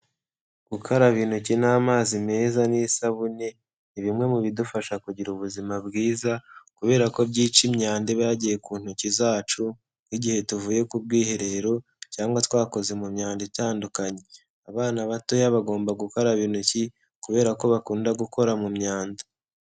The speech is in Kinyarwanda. Gukaraba intoki n'amazi meza n'isabune, ni bimwe mu bidufasha kugira ubuzima bwiza kubera ko byica imyanda iba yagiye ku ntoki zacu nk'igihe tuvuye ku bwiherero cyangwa twakoze mu myanda itandukanye. Abana batoya bagomba gukaraba intoki kubera ko bakunda gukora mu myanda.